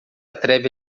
atreve